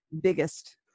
biggest